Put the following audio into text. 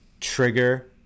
trigger